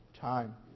time